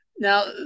Now